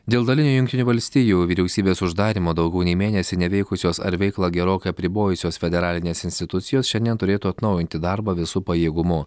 dėl dalinio jungtinių valstijų vyriausybės uždarymo daugiau nei mėnesį neveikusios ar veiklą gerokai apribojusios federalinės institucijos šiandien turėtų atnaujinti darbą visu pajėgumu